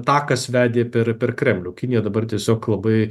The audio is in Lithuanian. takas vedė per per kremlių kinija dabar tiesiog labai